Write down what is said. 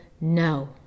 no